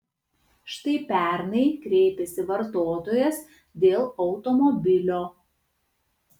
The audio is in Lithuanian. štai pernai kreipėsi vartotojas dėl automobilio